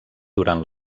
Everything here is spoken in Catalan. durant